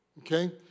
Okay